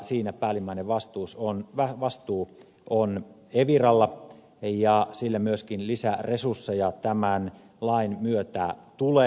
siinä päällimmäinen vastuu on eviralla ja sille myöskin lisäresursseja tämän lain myötä tulee